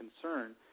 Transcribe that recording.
concern